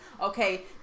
okay